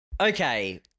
Okay